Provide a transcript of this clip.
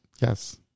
Yes